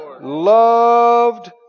Loved